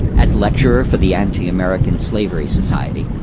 as lecturer for the and the american anti-slavery society,